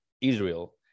Israel